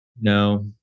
No